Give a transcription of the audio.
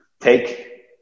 take